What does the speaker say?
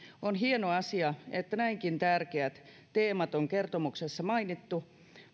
on hieno asia että näinkin tärkeät teemat on kertomuksessa mainittu